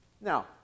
Now